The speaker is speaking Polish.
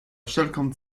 wszelką